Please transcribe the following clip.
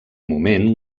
moment